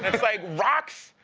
it's like, rocks?